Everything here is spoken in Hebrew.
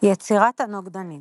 יצירת הנוגדנים